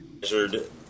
measured